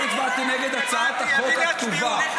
אני הצבעתי נגד הצעת החוק הכתובה, הבנתי.